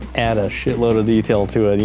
add a shitload of detail to it, you